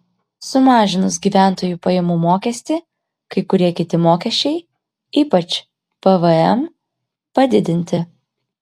sumažinus gyventojų pajamų mokestį kai kurie kiti mokesčiai ypač pvm padidinti